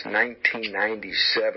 1997